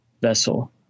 vessel